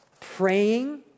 praying